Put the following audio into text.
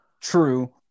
True